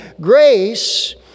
grace